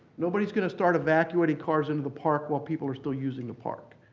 nobody is going to start evacuating cars into the park while people are still using the park.